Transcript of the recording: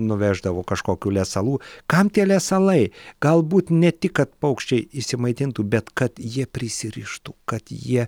nuveždavo kažkokių lesalų kam tie lesalai galbūt ne tik kad paukščiai išsimaitintų bet kad jie prisirištų kad jie